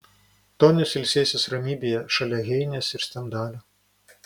tonis ilsėsis ramybėje šalia heinės ir stendalio